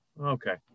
okay